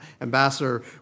ambassador